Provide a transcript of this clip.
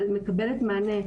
אבל מקבלת מענה.